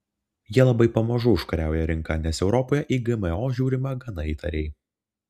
jie labai pamažu užkariauja rinką nes europoje į gmo žiūrima gana įtariai